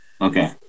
Okay